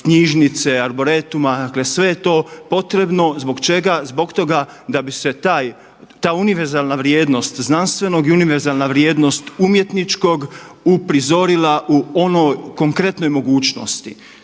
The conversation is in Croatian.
knjižnice, arboretuma dakle sve je to potrebno. Zbog čega? Zbog toga da bi se ta univerzalna vrijednost znanstvenog i univerzalna vrijednost umjetničkog uprizorila u onoj konkretnoj mogućnosti.